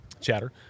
chatter